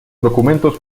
documentos